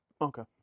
Okay